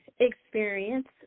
experience